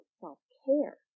self-care